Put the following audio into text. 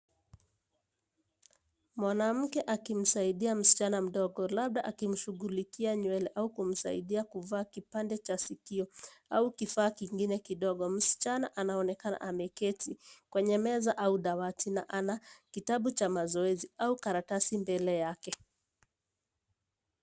Mwanamke akimsaidia msichana mdogo, labda akimshughulikia na nywele, au akimsaidia kuvaa kipande cha sikio, au kifaa kingine kidogo. Msichana anaonekana ameketi, kwenye meza, au dawati, na ana, kitabu cha mazoezi, au karatasi, mbele yake.